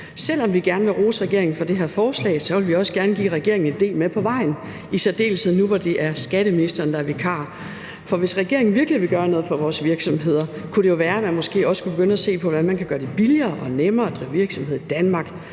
selv om vi gerne vil rose regeringen for det her forslag, vil vi også gerne give regeringen en del med på vejen – i særdeleshed nu, hvor det er skatteministeren, der er vikar. For hvis regeringen virkelig vil gøre noget for vores virksomheder, kunne det jo være, at man måske også skulle begynde at se på, hvordan man kunne gøre det billigere og nemmere at drive virksomhed i Danmark.